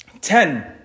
Ten